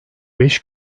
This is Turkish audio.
beş